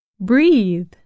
Breathe